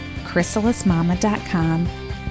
chrysalismama.com